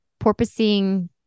porpoising